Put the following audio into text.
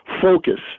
focus